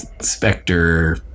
specter